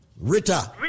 Rita